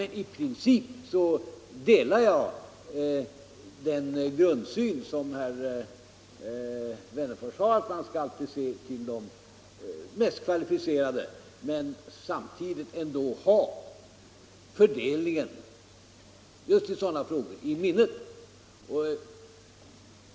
I princip delar jag herr Wennerfors” grundsyn, att man skall se till vem som är den mest kvalificerade, men samtidigt måste man just i sådana här frågor ha fördelningen i minnet.